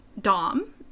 dom